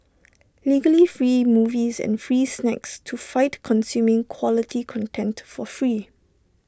legally free movies and free snacks to fight consuming quality content for free